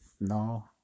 No